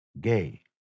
gay